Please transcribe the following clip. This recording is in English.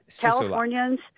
Californians